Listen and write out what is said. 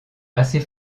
assez